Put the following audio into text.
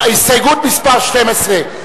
חד"ש וקבוצת סיעת רע"ם-תע"ל לסעיף 2(2)